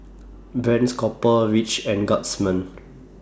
Brand's Copper Ridge and Guardsman